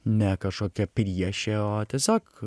ne kažkokia priešė o tiesiog